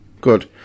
Good